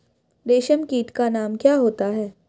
रेशम कीट का नाम क्या है?